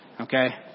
Okay